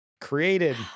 created